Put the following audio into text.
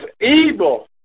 evil